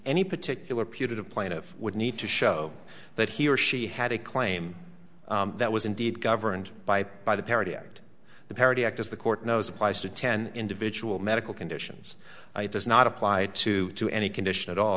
any particular putative plaintiff would need to show that he or she had a claim that was indeed governed by the parity act the parity act as the court knows applies to ten individual medical conditions does not apply to to any condition at all